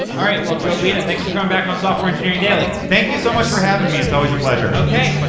all right. well, joe beda, thanks for going back on software engineering daily. thank you so much for having me. it's always a pleasure. okay!